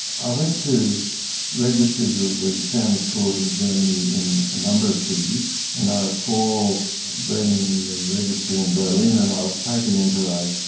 i went to registries of the family court in germany in a number of cities, and i recall being in the registry in berlin and i was taken into a.